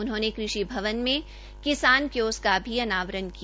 उन्होंने कृषि भवन में किसान क्योस का भी अनावरण किया